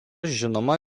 žinoma